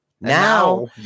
Now